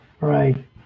Right